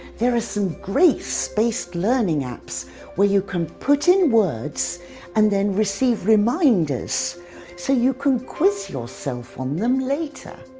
there are some great spaced learning apps where you can put in words and then receive reminders so you can quiz yourself on them later.